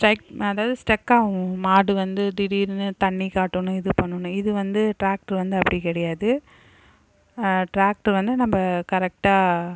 strike அதாவது ஸ்டக்காவும் மாடு வந்து திடீர்னு தண்ணீர் காட்டணும் இது பண்ணணும் இது வந்து ட்ராக்ட்ர் வந்து அப்படி கிடையாது ட்ராக்ட்ரு வந்து நம்ம கரெக்டாக